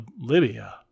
Libya